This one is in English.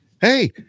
Hey